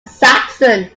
saxon